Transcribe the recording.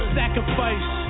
sacrifice